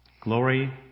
Glory